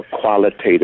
qualitative